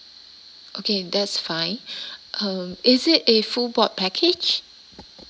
okay that's fine uh is it a full board package